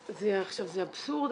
זה אבסורד,